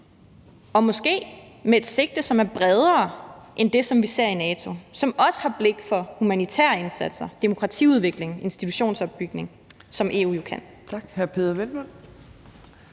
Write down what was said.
og måske med et sigte, som er bredere end det, som vi ser i NATO, som også har blik for humanitære indsatser, demokratiudvikling, institutionsopbygning, som EU jo kan.